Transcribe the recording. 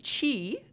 Chi